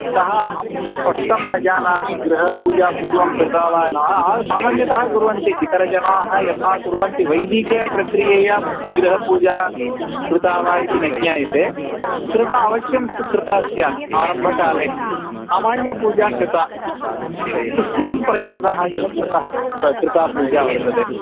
अतः अहं स्पष्टं न जानामि गृहपूजापूर्वं कृता वा न सामान्यतः कुर्वन्ति इतरजनाः यथा कुर्वन्ति वैदीकप्रक्रियया तु गृहपूजा कृता वा इति न ज्ञायते कृता अवश्यं तु कृता स्यात् आरम्भकाले सामान्यपूजा कृता तूष्णीं प्रयोगः इव कृतः कृता पूजा वर्तते